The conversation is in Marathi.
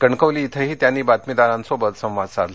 कणकवली इथंही त्यांनी बातमीदारांसोबत संवाद साधला